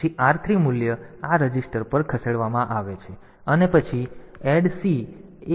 તેથી પછી r3 મૂલ્ય આ રજિસ્ટર પર ખસેડવામાં આવે છે અને પછી addc a 0